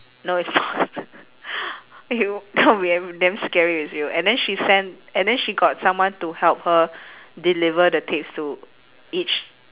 no it's not it'll that'll be damn damn scary if it's real and then she send and then she got someone to help her deliver the tapes to each